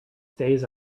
stays